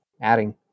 adding